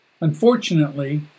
Unfortunately